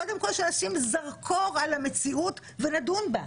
קודם כל שנשים זרקור על המציאות ונדון בה.